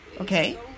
okay